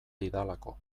didalako